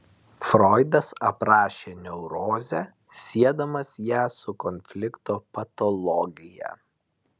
froidas aprašė neurozę siedamas ją su konflikto patologija